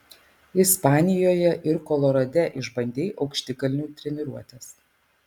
ispanijoje ir kolorade išbandei aukštikalnių treniruotes